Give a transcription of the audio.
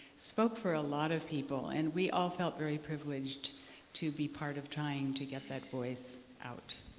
spoke for a lot of people. and we all felt very privileged to be part of trying to get that voice out.